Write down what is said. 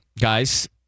guys